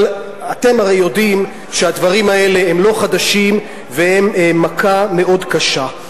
אבל אתם הרי יודעים שהדברים האלה הם לא חדשים והם מכה מאוד קשה.